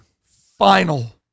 final